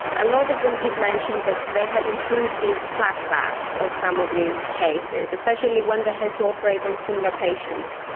a lot of them did mention that they had intrusive flashbacks of some of these cases, especially when they had to operate on a similar patient.